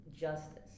justice